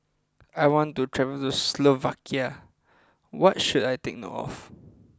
I want to travel to Slovakia what should I take note of